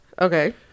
Okay